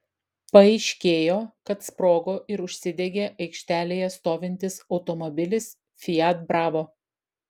paaiškėjo kad sprogo ir užsidegė aikštelėje stovintis automobilis fiat bravo